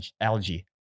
algae